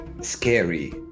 scary